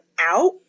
out